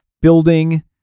building